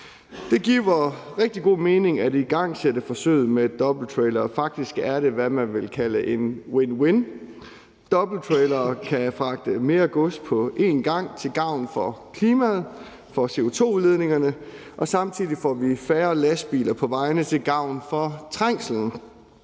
Det giver rigtig god mening at igangsætte forsøget med dobbelttrailere. Faktisk er det, hvad man vil kalde win-win. Dobbelttrailere kan fragte mere gods på én gang til gavn for klimaet og CO2-udledningen. Samtidig får vi færre lastbiler på vejene til gavn for trængselen,